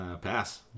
Pass